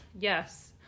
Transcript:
Yes